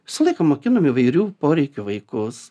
visą laiką mokinom įvairių poreikių vaikus